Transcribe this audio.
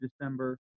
December